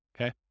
Okay